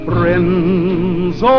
Friends